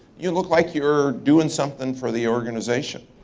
you look like you're doing something for the organization,